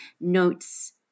notes